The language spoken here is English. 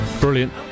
brilliant